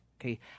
okay